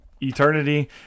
eternity